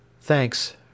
Thanks